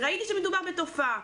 ראיתי שמדובר בתופעה.